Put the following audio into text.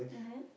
mmhmm